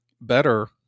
better